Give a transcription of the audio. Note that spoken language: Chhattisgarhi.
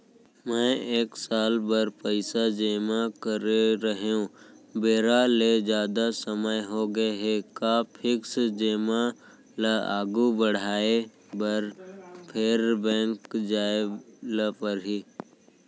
मैं एक साल बर पइसा जेमा करे रहेंव, बेरा ले जादा समय होगे हे का फिक्स जेमा ल आगू बढ़ाये बर फेर बैंक जाय ल परहि?